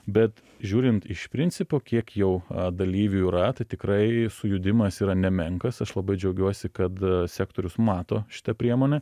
bet žiūrint iš principo kiek jau dalyvių yra tai tikrai sujudimas yra nemenkas aš labai džiaugiuosi kad sektorius mato šitą priemonę